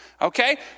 Okay